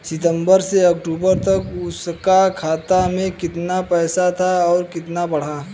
सितंबर से अक्टूबर तक उसका खाता में कीतना पेसा था और कीतना बड़ा?